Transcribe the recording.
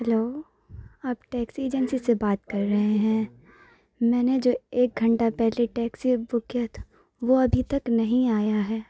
hello آپ taxi agency سے بات کر رہے ہیں میں نے جو ایک گھنٹہ پہلے ٹیکسی بک کیا تھا وہ ابھی تک نہیں آیا ہے